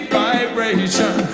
vibration